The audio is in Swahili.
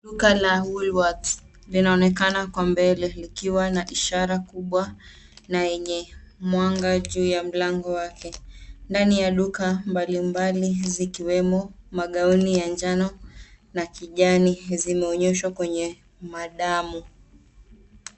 Duka la Woolworths linaonekana kwa mbele likiwa na ishara kubwa na yenye mwanga juu ya mlango wake. Ndani ya duka mbalimbali zikiwemo magauni ya njano na kijani zimeonyeshwa kwenye madamu.